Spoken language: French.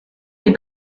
est